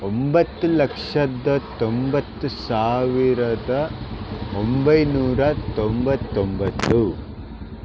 ಒಂಬತ್ತು ಲಕ್ಷದ ತೊಂಬತ್ತು ಸಾವಿರದ ಒಂಬೈನೂರ ತೊಂಬತೊಂಬತ್ತು